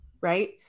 right